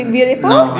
Beautiful